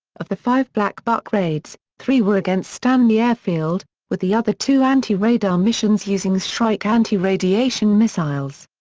of the five black buck raids, three were against stanley airfield, with the other two anti-radar missions using shrike anti-radiation missiles.